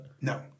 No